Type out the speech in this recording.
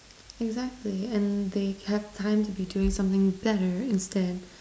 exactly and they have time to be doing something better instead